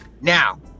Now